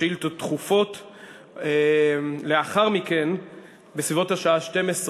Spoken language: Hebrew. ג' באדר תשע"ג,